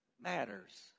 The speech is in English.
matters